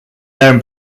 known